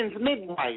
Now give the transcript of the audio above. midwife